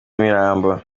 imirambo